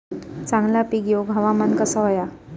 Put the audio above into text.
चांगला पीक येऊक हवामान कसा होया?